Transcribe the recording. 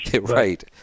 Right